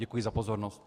Děkuji za pozornost.